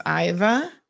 Iva